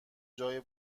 جای